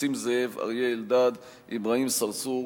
נסים זאב, אריה אלדד, אברהים צרצור